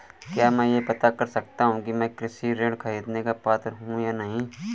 क्या मैं यह पता कर सकता हूँ कि मैं कृषि ऋण ख़रीदने का पात्र हूँ या नहीं?